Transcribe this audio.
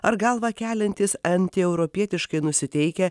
ar galvą keliantys antieuropietiškai nusiteikę